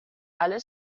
alle